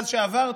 מאז שעברתי,